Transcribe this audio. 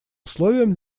условием